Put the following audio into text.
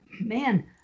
man